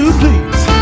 please